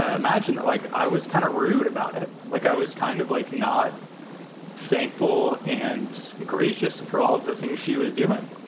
ah imagine, that, like, i was kind of rude about it. like i was kind of like not thankful and gracious for all of the things she was doing.